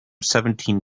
seventeen